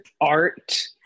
art